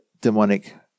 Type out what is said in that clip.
demonic